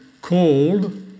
called